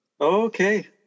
Okay